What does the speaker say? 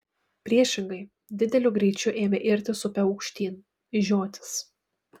priešingai dideliu greičiu ėmė irtis upe aukštyn į žiotis